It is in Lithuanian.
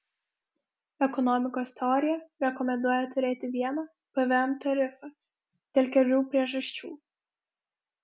ekonomikos teorija rekomenduoja turėti vieną pvm tarifą dėl kelių priežasčių